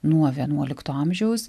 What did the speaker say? nuo vienuolikto amžiaus